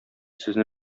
сезне